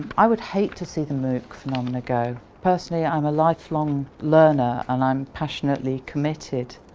i would hate to see the mooc phenomena go. personally, i am a life-long learner and i'm passionately committed